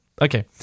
okay